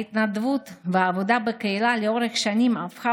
ההתנדבות והעבודה בקהילה לאורך שנים הפכו